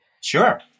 Sure